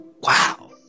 Wow